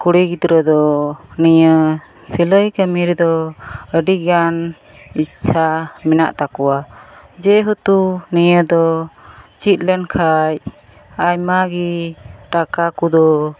ᱠᱩᱲᱤ ᱜᱤᱫᱽᱨᱟᱹᱫᱚ ᱱᱤᱭᱟᱹ ᱥᱤᱞᱟᱹᱭ ᱠᱟᱹᱢᱤᱨᱮᱫᱚ ᱟᱹᱰᱤᱜᱟᱱ ᱤᱪᱪᱷᱟᱹ ᱢᱮᱱᱟᱜ ᱛᱟᱠᱚᱣᱟ ᱡᱮᱦᱮᱛᱩ ᱱᱤᱭᱟᱹᱫᱚ ᱪᱮᱫᱞᱮᱱ ᱠᱷᱟᱡ ᱟᱭᱢᱟᱜᱮ ᱴᱟᱠᱟ ᱠᱚᱫᱚ